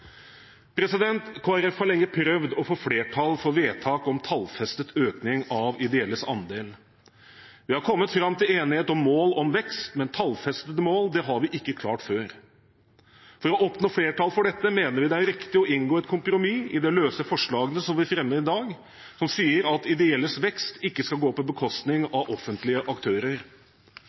har lenge prøvd å få flertall for vedtak om en tallfestet økning av ideelles andel. Vi har kommet fram til enighet om mål om vekst, men tallfestede mål har vi ikke klart før. For å oppnå flertall for dette mener vi det er riktig å inngå et kompromiss i det løse forslaget som vi fremmer i dag, som sier at ideelles vekst ikke skal gå på bekostning av offentlige aktører.